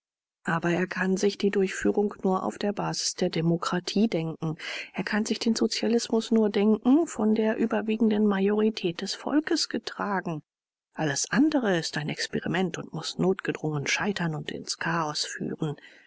aber er kann sich die durchführung nur auf der basis der demokratie denken er kann sich den sozialismus nur denken von der überwiegenden majorität des volkes getragen alles andere ist experiment und muß notgedrungen scheitern und ins chaos führen